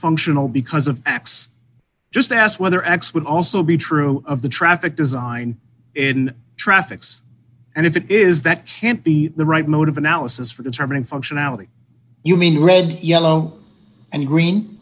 functional because of x just asked whether x would also be true of the traffic design in traffic and if it is that can't be the right mode of analysis for determining functionality you mean red yellow and